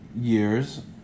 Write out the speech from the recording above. years